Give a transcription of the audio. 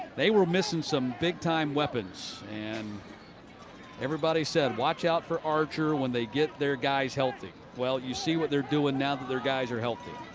they were missing some big-time weapons. and everybody said watch out for archer when they get their guys healthy. you see what they're doing now that their guys are healthy.